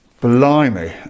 Blimey